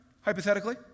hypothetically